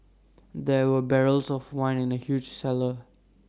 there were barrels of wine in the huge cellar